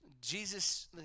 Jesus